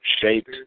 shaped